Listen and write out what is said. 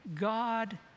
God